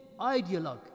ideologue